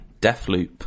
Deathloop